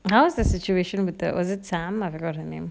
and how's the situation with that wasn't sam I forgot her name